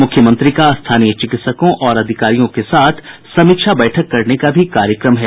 मुख्यमंत्री का स्थानीय चिकित्सकों और अधिकारियों के साथ समीक्षा बैठक करने का कार्यक्रम है